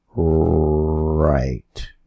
right